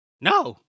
No